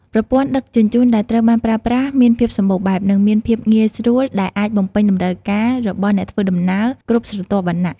ប្រព័ន្ធដឹកជញ្ជូនដែលត្រូវបានប្រើប្រាស់មានភាពសម្បូរបែបនិងមានភាពងាយស្រួលដែលអាចបំពេញតម្រូវការរបស់អ្នកធ្វើដំណើរគ្រប់ស្រទាប់វណ្ណៈ។